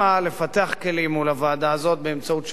מול הוועדה הזאת באמצעות שגרירנו בז'נבה,